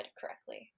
correctly